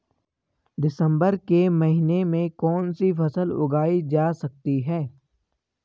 दिसम्बर के महीने में कौन सी फसल उगाई जा सकती है?